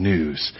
News